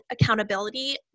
accountability